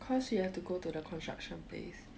cause you have to go to the construction place